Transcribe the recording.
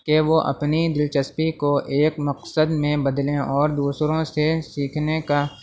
کہ وہ اپنی دلچسپی کو ایک مقصد میں بدلیں اور دوسروں سے سیکھنے کا